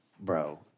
bro